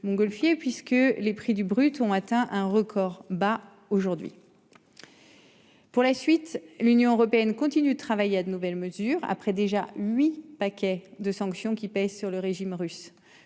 puisque les prix du brut ont atteint un record. Bah aujourd'hui.-- Pour la suite. L'Union européenne continue de travailler à de nouvelles mesures après déjà 8 paquets. De sanctions qui pèsent sur le régime russe.